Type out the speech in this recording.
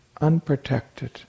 unprotected